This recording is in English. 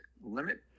limit